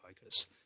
focus